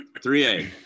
3A